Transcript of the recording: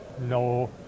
No